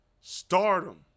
stardom